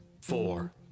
four